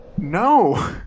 No